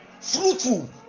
fruitful